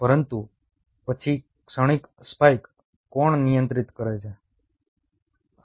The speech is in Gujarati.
પરંતુ પછી ક્ષણિક સ્પાઇક કોણ નિયંત્રિત કરે છે